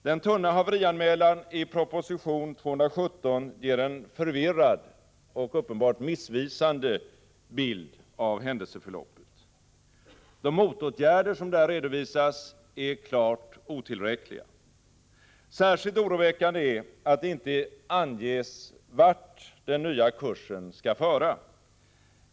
Den tunna haverianmälan i proposition 217 ger en förvirrad och uppenbart missvisande bild av händelseförloppet. De motåtgärder som där redovisas är klart otillräckliga. Särskilt oroväckande är att det inte anges vart den nya kursen skall föra.